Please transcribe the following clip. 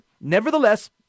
Nevertheless